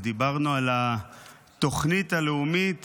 ודיברנו על התוכנית הלאומית